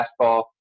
fastball